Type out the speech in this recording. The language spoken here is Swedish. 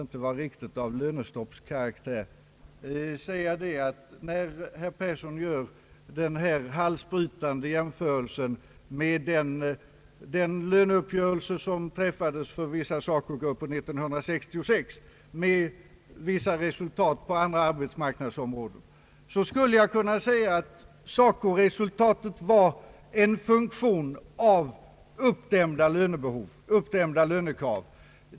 När herr Persson gör denna halsbrytande jämförelse med den löneuppgörelse som träffades för vissa SACO-grupper 1966 med resultaten på andra arbetsmarknadsområden, skulle jag kunna, även om detta inte riktigt är av lönestoppskaraktär, säga att SACO-resultatet var en funktion av uppdämda lönekrav.